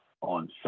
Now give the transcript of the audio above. on